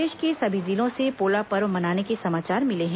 प्रदेश के सभी जिलों से पोला पर्व मनाने के समाचार मिले हैं